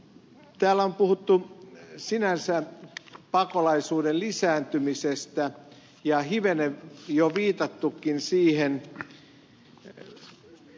täällä on puhuttu sinänsä pakolaisuuden lisääntymisestä ja hivenen jo viitattukin siihen ed